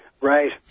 Right